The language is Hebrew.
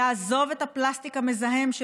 לעזוב את הפלסטיק המזהם.